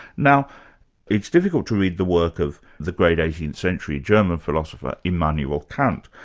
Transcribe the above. now it's difficult to read the work of the great eighteenth century german philosopher, immanuel kant,